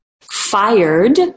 fired